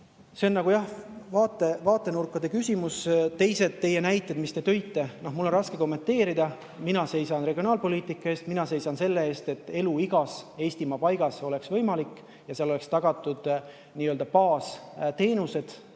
See on jah vaatenurga küsimus. Teised teie näited, mis te tõite – mul on raske kommenteerida. Mina seisan regionaalpoliitika eest, mina seisan selle eest, et elu igas Eestimaa paigas oleks võimalik ja seal oleks tagatud nii-öelda baasteenused,